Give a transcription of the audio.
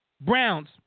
Browns